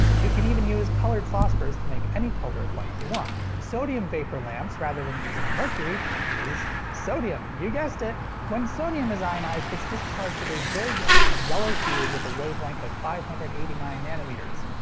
you can even use colored phosphors to make any color of light you want. sodium vapor lamps rather than using mercury use. sodium. you guessed it! when sodium is ionized, its discharge is a very distinctive yellow hue with a wavelength of five hundred and eighty nine nanometers.